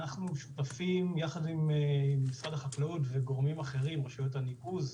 אנחנו שותפים יחד עם משרד החקלאות וגורמים אחרים: רשויות הניקוז,